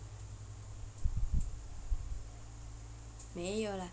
没有 lah